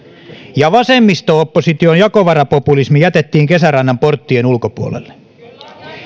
ja vasemmisto opposition jakovarapopulismi jätettiin kesärannan porttien ulkopuolelle